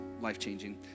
Life-changing